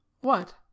What